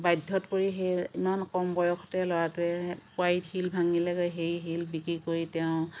বাধ্যত পৰি সেই ইমান কম বয়সতে ল'ৰাটোৱে কোৱাৰিত শিল ভাঙিলেগৈ সেই শিল বিক্ৰী কৰি তেওঁ